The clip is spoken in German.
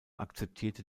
akzeptierte